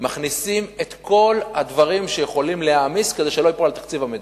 מכניסים את כל הדברים שיכולים להעמיס כדי שלא ייפול על תקציב המדינה.